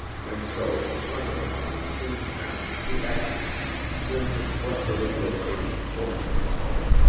and so the terminal honors soon passed to atchison since its westerly location shortened the haul.